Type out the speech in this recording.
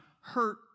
hurt